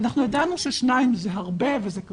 אנחנו ידענו ששניים זה הרבה וזה קשה,